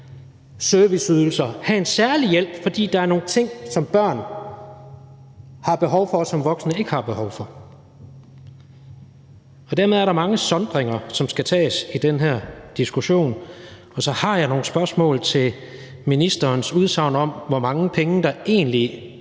serviceydelser og have en særlig hjælp, fordi der er nogle ting, som børn har behov for, og som voksne ikke har behov for. Og dermed er der mange sondringer, som skal foretages i den her diskussion. Så har jeg nogle spørgsmål til ministerens udsagn om, hvor mange penge der egentlig